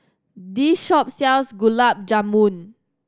this shop sells Gulab Jamun